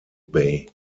bay